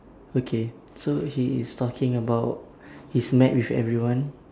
okay so he is talking about he's mad with everyone